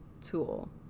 tool